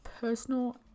personal